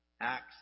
acts